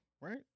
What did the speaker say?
right